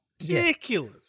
Ridiculous